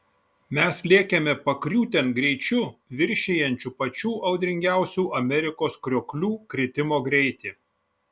mes lėkėme pakriūtėn greičiu viršijančiu pačių audringiausių amerikos krioklių kritimo greitį